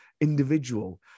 individual